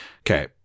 okay